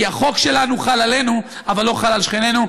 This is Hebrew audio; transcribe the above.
כי החוק שלנו חל עלינו אבל לא חל על שכנינו.